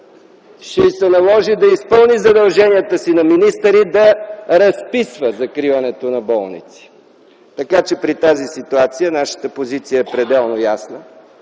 ще й се наложи да изпълни задължението си на министър и да разписва закриването на болници. Така че, при тази ситуация нашата позиция е пределно ясна: